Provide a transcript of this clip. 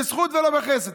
בזכות ולא בחסד.